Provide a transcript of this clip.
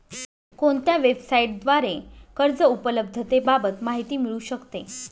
कोणत्या वेबसाईटद्वारे कर्ज उपलब्धतेबाबत माहिती मिळू शकते?